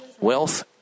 wealth